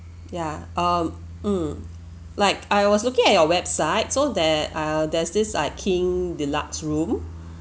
ya um mm like I was looking at your website so there err there's this like king deluxe room